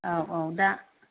औ औ दा